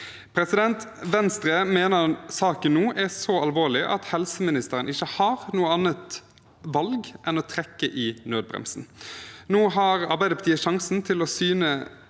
helse. Venstre mener saken nå er så alvorlig at helseministeren ikke har noe annet valg enn å trekke i nødbremsen. Nå har Arbeiderpartiet sjansen til å vise